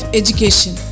education